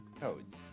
codes